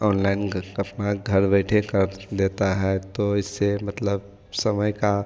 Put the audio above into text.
online अपना घर बैठे कर देता है तो इससे मतलब समय का